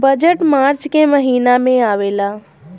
budget March के महिना में आवेला